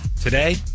today